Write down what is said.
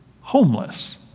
homeless